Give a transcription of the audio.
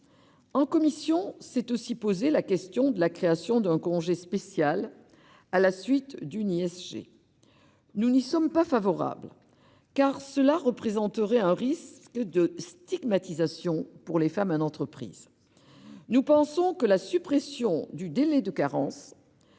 En commission s'est aussi posée la question de la création d'un congé spécial à la suite d'une ISG. Nous n'y sommes pas favorables, car il risquerait de conduire à la stigmatisation des femmes en entreprise. Nous pensons que la suppression du délai de carence